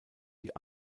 die